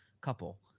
couple